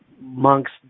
monks